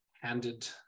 handed